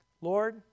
Lord